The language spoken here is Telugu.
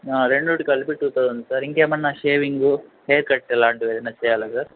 రెండిటికి కలిపి టూ థౌజండ్ సార్ ఇంకేమన్నాషేవింగు హెయిర్ కట్ లాంటివి ఏదన్న చేయాలా సార్